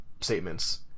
statements